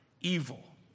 evil